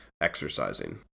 exercising